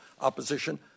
Opposition